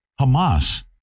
Hamas